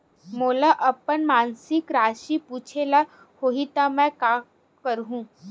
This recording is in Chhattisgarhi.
मोला अपन मासिक राशि पूछे ल होही त मैं का करहु?